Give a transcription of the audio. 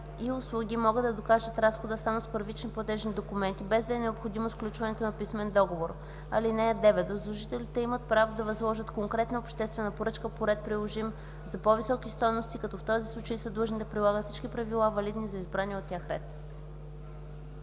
и услуги могат да докажат разхода само с първични платежни документи, без да е необходимо сключването на писмен договор. (9) Възложителите имат право да възложат конкретна обществена поръчка по ред, приложим за по-високи стойности, като в този случай са длъжни да прилагат всички правила, валидни за избрания от тях ред.”